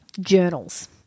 journals